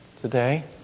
today